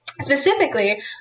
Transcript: specifically